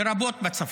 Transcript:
לרבות בצפון.